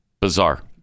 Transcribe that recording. Bizarre